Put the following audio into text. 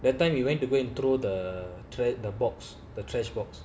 that time you went to go and throw the trash the box the trash box